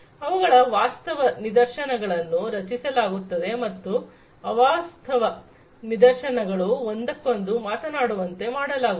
ಅವುಗಳ ವಾಸ್ತವ ನಿದರ್ಶನಗಳನ್ನು ರಚಿಸಲಾಗುತ್ತದೆ ಮತ್ತು ಅವಾಸ್ತವ ನಿದರ್ಶನಗಳು ಒಂದಕ್ಕೊಂದು ಮಾತನಾಡುವಂತೆ ಮಾಡಲಾಗುವುದು